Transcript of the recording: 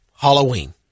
Halloween